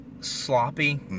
sloppy